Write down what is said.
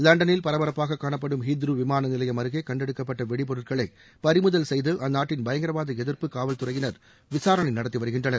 லண்டனில் பரபரப்பாக காணப்படும் ஹீத்ரு விமான நிலையம் அருகே கண்டெடுக்கப்பட்ட வெடிபொருட்களை பறிமுதல் செய்து அந்நாட்டின் பயங்கரவாத எதிர்ப்பு காவல்துறையினர் விசாரணை நடத்தி வருகின்றனர்